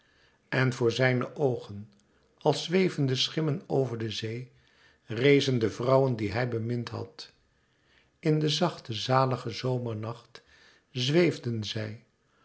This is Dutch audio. en voor zijne oogen als zwevende schimmen over de zee rezen de vrouwen die hij bemind had in den zachten zaligen zomernacht zweefden zij